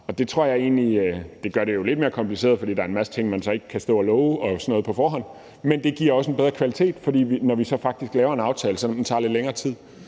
Det gør det jo lidt mere kompliceret, fordi der er en hel masse ting, man ikke på forhånd kan stå og love og sådan noget, men det giver også en bedre kvalitet, for når vi så faktisk laver en aftale, selv om det tager lidt længere tid,